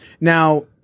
Now